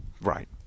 Right